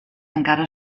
encara